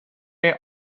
may